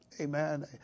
Amen